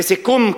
לסיכום,